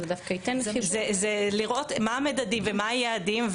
זה לראות מה המדדים ומה היעדים,